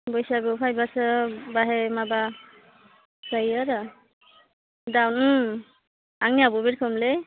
बैसागु फायब्लासो बाहाय माबा जायो आरो दानो आंनियाबो बि रोखोमलै